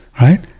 right